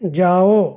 جاؤ